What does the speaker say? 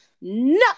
no